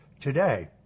today